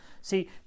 See